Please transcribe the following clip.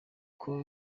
uko